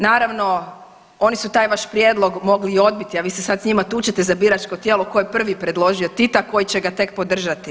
Naravno oni su taj vaš prijedlog mogli i odbiti, a vi se sad s njima tučete za biračko tijelo tko je prvi preložio Tita, koji će ga tek podržati.